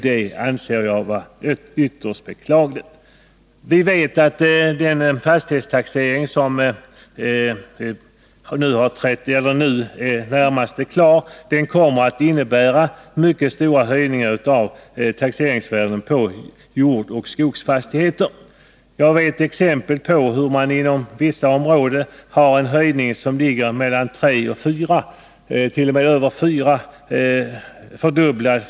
Det anser jag vara ytterst beklagligt. Vi vet att den fastighetstaxering som nu är i det närmaste klar kommer att innebära mycket stora höjningar av taxeringsvärdena på jordbruksoch skogsfastigheter. Jag känner till att det inom vissa områden finns fastigheter vilkas taxeringsvärden mer än fyrdubblats.